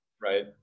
Right